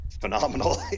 phenomenal